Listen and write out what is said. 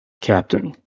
captain